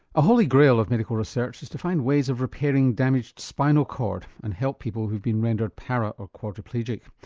a holy grail of medical research is to find ways of repairing damaged spinal cord and help people who have been rendered para or quadriplegic.